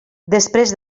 després